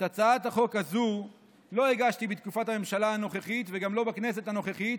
את הצעת החוק הזו לא הגשתי בתקופת הממשלה הנוכחית וגם לא בכנסת הנוכחית.